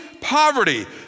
poverty